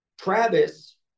Travis